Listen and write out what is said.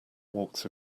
walks